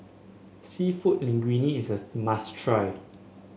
seafood Linguine is a must try